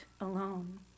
alone